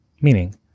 Meaning